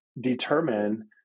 determine